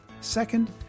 Second